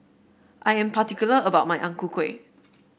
I am particular about my Ang Ku Kueh